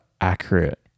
accurate